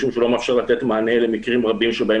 משום שהוא לא מאפשר לתת מענה למקרים רבים שבהם